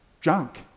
junk